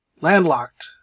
landlocked